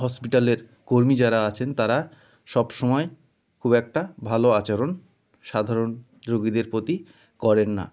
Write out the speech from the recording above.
হসপিটালের কর্মী যারা আছেন তারা সব সময় খুব একটা ভালো আচরণ সাধারণ রোগীদের প্রতি করেন না